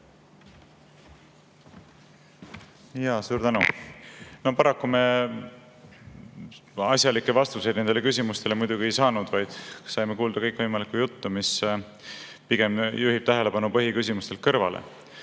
Suur tänu! Paraku me asjalikke vastuseid nendele küsimustele muidugi ei saanud. Saime kuulda kõikvõimalikku juttu, mis pigem juhib tähelepanu põhiküsimuselt kõrvale.